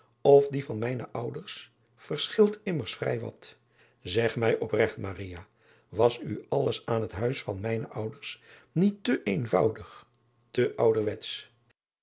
of die van mijne ouders verschilt immers vrij wat eg mij opregt was u alles aan driaan oosjes zn et leven van aurits ijnslager het huis van mijne ouders niet te eenvoudig te ouderwetsch